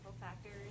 factors